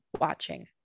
watching